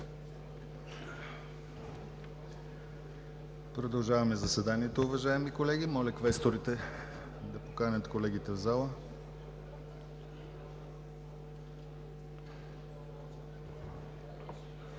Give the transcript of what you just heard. Продължаваме заседанието, уважаеми колеги. Моля, квесторите да поканят колегите в залата.